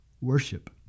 worship